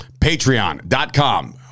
patreon.com